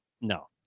no